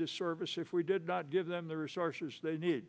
disservice if we did not give them the resources they need